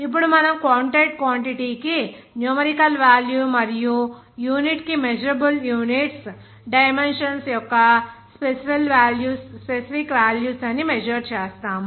ఇప్పుడు మనం counted quantity కి న్యూమరికల్ వాల్యూ మరియు యూనిట్ కి మెజరబుల్ యూనిట్స్ డైమెన్షన్స్ యొక్క స్పెసిఫిక్ వాల్యూస్ అని మెజర్ చేస్తాము